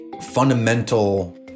fundamental